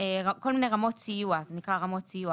כל מיני רמות סיוע זה נקרא רמות סיוע